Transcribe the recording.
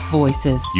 voices